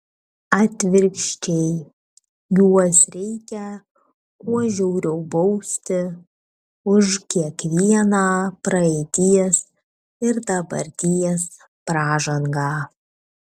atvirkščiai juos reikia kuo žiauriau bausti už kiekvieną praeities ir dabarties pražangą